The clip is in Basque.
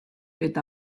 eta